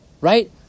Right